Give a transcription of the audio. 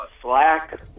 slack